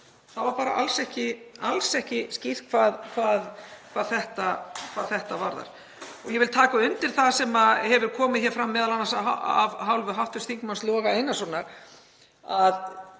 Það var bara alls ekki skýrt hvað þetta varðar. Ég vil taka undir það sem hefur komið hér fram, m.a. af hálfu hv. þm. Loga Einarssonar, að